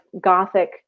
Gothic